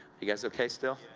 you guys ok still?